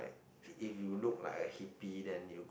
like if you look like a hippy then you go